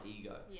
ego